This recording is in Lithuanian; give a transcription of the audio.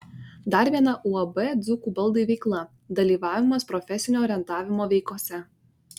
dar viena uab dzūkų baldai veikla dalyvavimas profesinio orientavimo veikose